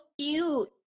cute